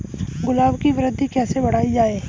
गुलाब की वृद्धि कैसे बढ़ाई जाए?